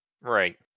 Right